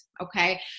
Okay